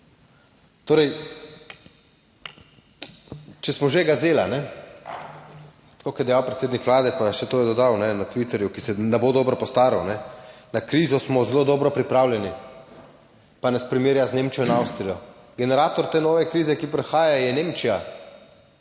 Torej, če smo že gazela, ne, tako kot je dejal predsednik vlade. Pa še to je dodal na Twitterju, ki se ne bo dobro postaral, na krizo smo zelo dobro pripravljeni, pa nas primerja z Nemčijo in Avstrijo. Generator te nove krize, ki prihaja, je Nemčija,